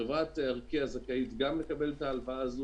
חברת ארקיע זכאית גם לקבל את ההלוואה הזאת.